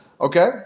Okay